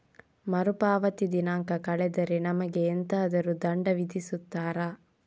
ಮರುಪಾವತಿ ದಿನಾಂಕ ಕಳೆದರೆ ನಮಗೆ ಎಂತಾದರು ದಂಡ ವಿಧಿಸುತ್ತಾರ?